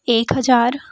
एक हज़ार